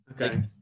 okay